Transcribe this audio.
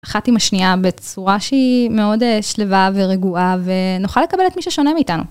אחת עם השנייה בצורה שהיא מאוד שלווה ורגועה ונוכל לקבל את מי ששונה מאיתנו.